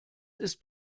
ist